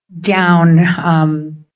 down